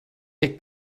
take